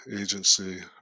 agency